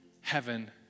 heaven